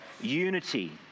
Unity